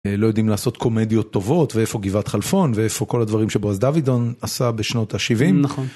לא יודעים לעשות קומדיות טובות ואיפה גבעת חלפון ואיפה כל הדברים שבועז דודון עשה בשנות ה-70.